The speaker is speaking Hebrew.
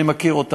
אני מכיר אותם.